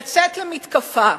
לצאת למתקפה.